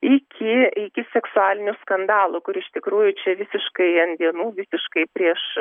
iki iki seksualinių skandalų kur iš tikrųjų čia visiškai ant dienų visiškai prieš